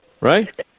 Right